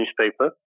newspaper